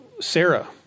Sarah